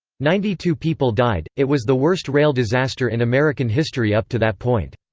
ninety-two people died it was the worst rail disaster in american history up to that point.